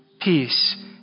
peace